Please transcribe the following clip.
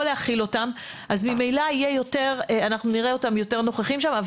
להכיל אותם אז ממילא אנחנו נראה אותם יותר נוכחים שם.